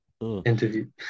Interview